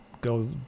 go